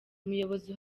umuyobozi